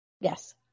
Yes